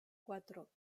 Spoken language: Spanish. cuatro